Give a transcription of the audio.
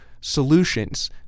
solutions